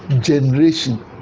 generation